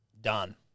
Done